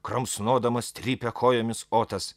kramsnodamas trypė kojomis otas